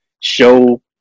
Show